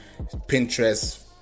Pinterest